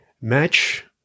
match